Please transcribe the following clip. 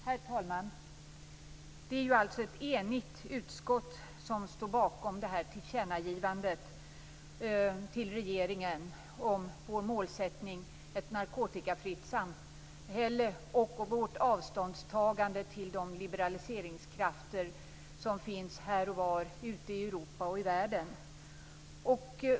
Herr talman! Det är alltså ett enigt utskott som står bakom detta tillkännagivande till regeringen om vår målsättning, ett narkotikafritt samhälle, och vårt avståndstagande till de liberaliseringskrafter som finns här och var ute i Europa och i världen.